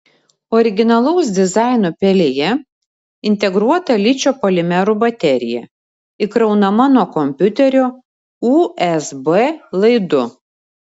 originalaus dizaino pelėje integruota ličio polimerų baterija įkraunama nuo kompiuterio usb laidu